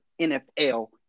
NFL